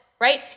Right